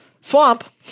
Swamp